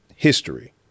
history